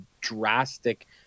drastic